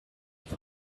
von